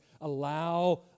allow